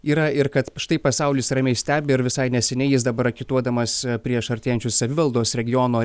yra ir kad štai pasaulis ramiai stebi ir visai neseniai jis dabar agituodamas prieš artėjančius savivaldos regiono